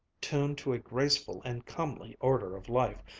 tuned to a graceful and comely order of life,